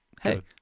hey